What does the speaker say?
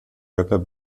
rapper